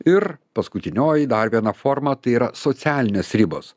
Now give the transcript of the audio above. ir paskutinioji dar viena forma tai yra socialinės ribos